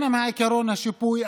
כן עם עקרון השיפוי,